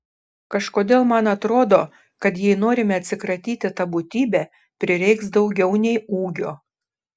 kažkodėl man atrodo kad jei norime atsikratyti ta būtybe prireiks daugiau nei ūgio